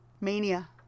Mania